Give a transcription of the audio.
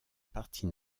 partie